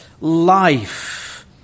life